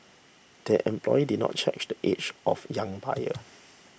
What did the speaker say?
the employee did not check the age of young buyer